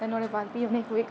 ते नुआढ़े बाद फ्ही उ'नें